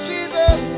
Jesus